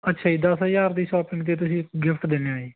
ਅੱਛਾ ਜੀ ਦਸ ਹਜ਼ਾਰ ਦੀ ਸੌਪਿੰਗ 'ਤੇ ਤੁਸੀਂ ਗਿਫਟ ਦਿੰਦੇ ਹੋ ਜੀ